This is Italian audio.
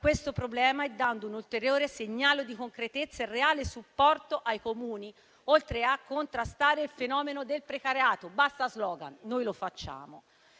il problema e dando un ulteriore segnale di concretezza e di reale supporto ai Comuni, oltre a contrastare il fenomeno del precariato. Basta *slogan*: noi lo facciamo!